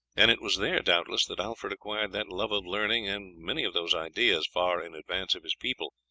and it was there, doubtless, that alfred acquired that love of learning, and many of those ideas, far in advance of his people,